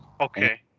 Okay